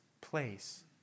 place